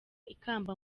ikamba